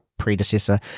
predecessor